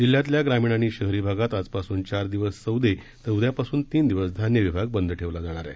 जिल्ह्यातल्या ग्रामीण आणि शहरी भागात आजपासून चार दिवस सौदे तर उद्यापासून तीन दिवस धान्य विभाग बंद ठेवला जाणार आहे